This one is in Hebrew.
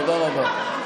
תודה רבה.